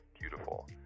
beautiful